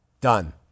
Done